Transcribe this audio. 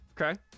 Okay